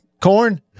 corn